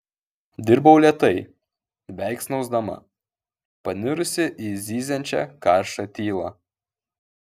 dirbau lėtai beveik snausdama panirusi į zyziančią karštą tylą